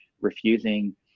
refusing